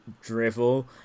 drivel